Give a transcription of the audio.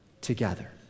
together